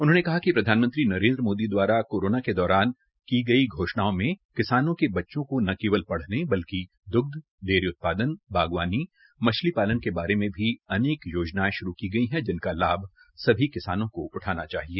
उन्होंने कहा कि प्रधानमंत्री नरेंद्र मोदी द्वारा कोरोना के दौरान की गई घोषणाओं में किसानों के बच्चों को न केवल पढने बल्कि द्ग्ध डेयरी उत्पादन बागवानी मछली पालन के बारे में भी अनेक योजनाएं शुरू की गई है जिनका लाभ सभी किसानों को उठाना चाहिए